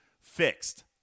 fixed